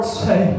say